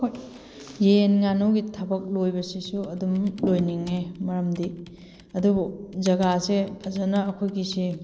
ꯌꯦꯟ ꯉꯥꯅꯨꯒꯤ ꯊꯕꯛ ꯂꯣꯏꯕꯁꯤꯁꯨ ꯑꯗꯨꯝ ꯂꯣꯏꯅꯤꯡꯉꯦ ꯃꯔꯝꯗꯤ ꯑꯗꯨꯕꯨ ꯖꯒꯥꯁꯦ ꯐꯖꯅ ꯑꯩꯈꯣꯏꯒꯤꯁꯦ